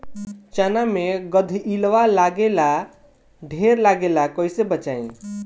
चना मै गधयीलवा लागे ला ढेर लागेला कईसे बचाई?